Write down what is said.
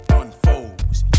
unfolds